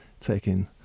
taking